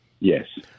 Yes